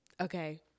Okay